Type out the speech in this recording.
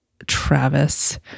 Travis